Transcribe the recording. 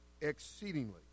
exceedingly